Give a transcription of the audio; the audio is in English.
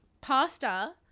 pasta